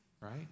right